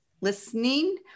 listening